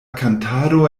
kantado